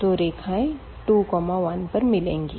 तो रेखाएं 2 1 पर मिलेंगी